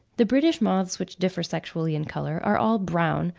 the british moths which differ sexually in colour are all brown,